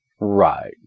Right